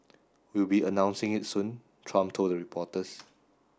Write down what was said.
we'll be announcing it soon Trump told reporters